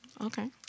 Okay